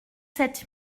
sept